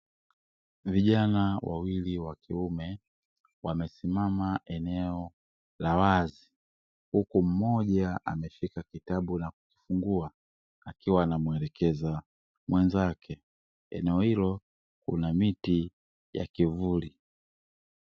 Vijana wawili wa kiume wamesimama eneo la wazi huku mmoja ameshika kitabu na kukifungua akiwa anamuelekeza mwenzake; eneo hilo kuna miti ya kivuli.